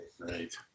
Right